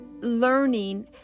learning